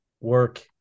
work